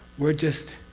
we're just.